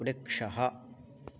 वृक्षः